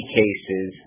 cases